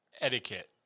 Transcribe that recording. etiquette